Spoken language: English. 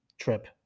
Trip